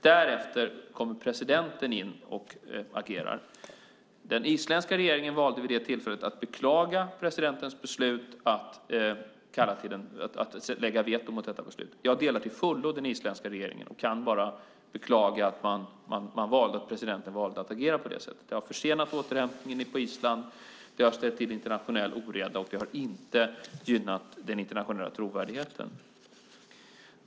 Därefter kommer presidenten in och agerar. Den isländska regeringen valde vid det tillfället att beklaga presidentens beslut att lägga in veto mot detta beslut. Jag delar till fullo den isländska regeringens hållning och kan bara beklaga att presidenten valde att agera på det sättet. Det har försenat återhämtningen på Island, ställt till internationell oreda och inte gynnat den internationella trovärdigheten.